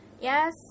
Yes